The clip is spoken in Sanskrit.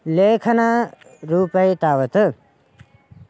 लेखनं रूपे तावत्